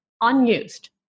unused